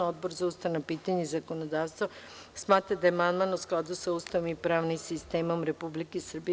Odbor za ustavna pitanja i zakonodavstvo smatra da je amandman u skladu sa Ustavom i pravnim sistemom Republike Srbije.